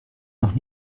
noch